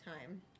time